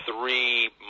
three